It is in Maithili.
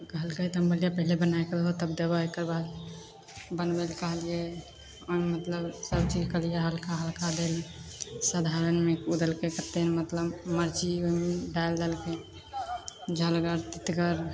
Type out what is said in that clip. कहलकै तऽ हम कहलिए पहिले बनाके दहो तब देबै एकर बाद बनबैले कहलिए आओर मतलब सबचीज कहलिए हल्का हल्का दै साधारण ओ देलकै कतेक ने मतलब मिरची डालि देलकै झलगर तितगर